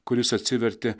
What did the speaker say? kuris atsivertė